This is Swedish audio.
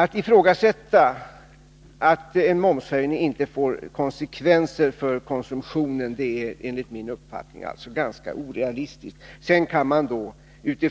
Att ifrågasätta att en momshöjning inte får konsekvenser för konsumtionen är alltså, enligt min uppfattning, ganska orealistiskt. Sedan kan man på